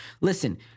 listen